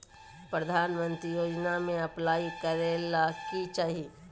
प्रधानमंत्री योजना में अप्लाई करें ले की चाही?